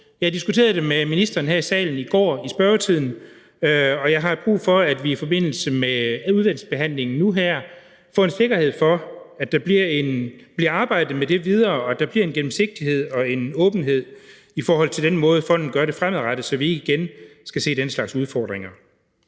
Jeg diskuterede det med ministeren i spørgetiden her i salen i går, og jeg har brug for, at vi nu her i forbindelse med udvalgsbehandlingen får sikkerhed for, at der bliver arbejdet videre med det, og at der bliver en gennemsigtighed og åbenhed i forhold til den måde, fonden gør det på fremadrettet, så vi ikke igen skal se den slags udfordringer.